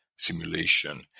simulation